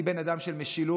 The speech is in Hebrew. אני בן אדם של משילות,